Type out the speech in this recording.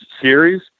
series